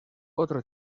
otro